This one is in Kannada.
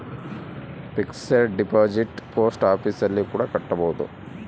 ಫಿಕ್ಸೆಡ್ ಡಿಪಾಸಿಟ್ ಪೋಸ್ಟ್ ಆಫೀಸ್ ಅಲ್ಲಿ ಕೂಡ ಕಟ್ಬೋದು